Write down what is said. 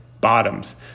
bottoms